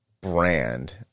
brand